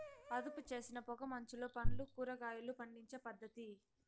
అదుపుచేసిన పొగ మంచులో పండ్లు, కూరగాయలు పండించే పద్ధతి